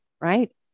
right